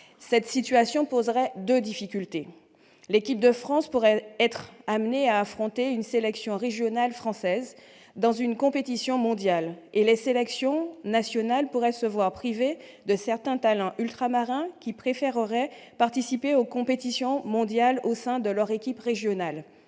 telle situation poserait en effet deux difficultés : d'une part, l'équipe de France pourrait être amenée à affronter une sélection régionale française dans une compétition mondiale ; d'autre part, les sélections nationales pourraient se voir privées de certains talents ultramarins qui préféreraient participer aux compétitions mondiales au sein de leur équipe régionale.